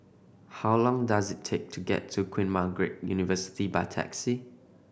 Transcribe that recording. how long does it take to get to Queen Margaret University by taxi